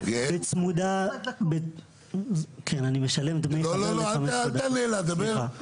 כן אני משלם דמי חבר -- לא לא אל תענה לך תדבר,